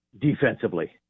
defensively